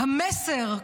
"המסר",